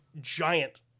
giant